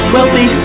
Wealthy